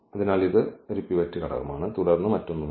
അതിനാൽ ഇത് ഒരു പിവറ്റ് ഘടകമാണ് തുടർന്ന് മറ്റൊന്നുമല്ല